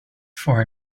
for